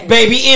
Baby